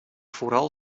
vooral